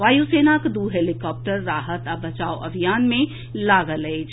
वायुसेनाक दू हेलीकॉप्टर राहत आ बचाव अभियान मे लागल अछि